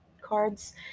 cards